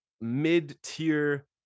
mid-tier